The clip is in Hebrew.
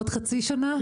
עוד חצי שנה?